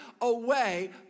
away